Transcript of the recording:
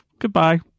Goodbye